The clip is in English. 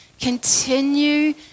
continue